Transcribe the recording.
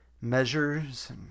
measures